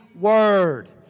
Word